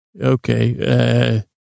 Okay